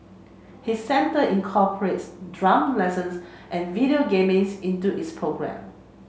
his centre incorporates drum lessons and video gamings into its programme